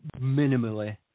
minimally